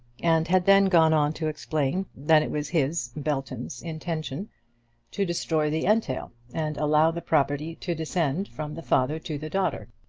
and had then gone on to explain that it was his, belton's, intention to destroy the entail, and allow the property to descend from the father to the daughter.